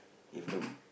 if the